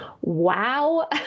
wow